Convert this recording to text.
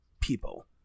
people